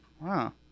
Wow